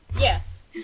yes